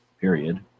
period